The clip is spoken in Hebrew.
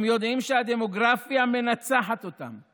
הם יודעים שהדמוגרפיה מנצחת אותם,